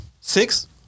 Six